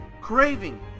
craving